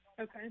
okay